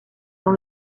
dans